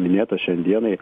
minėta šiai dienai